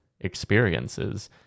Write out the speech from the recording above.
experiences